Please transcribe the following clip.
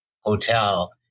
hotel